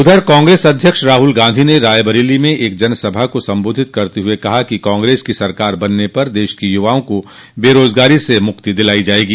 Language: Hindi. उधर कांग्रेस अध्यक्ष राहुल गांधी ने रायबरेली में एक जनसभा को संबोधित करते हुए कहा कि कांग्रेस की सरकार बनने पर देश के युवाओं को बेरोजगारी से मुक्ति दिलाई जायेगी